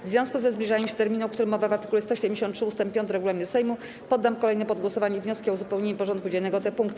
W związku ze zbliżaniem się terminu, o którym mowa w art. 173 ust. 5 regulaminu Sejmu, poddam kolejno pod głosowanie wnioski o uzupełnienie porządku dziennego o te punkty.